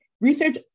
research